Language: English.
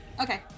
Okay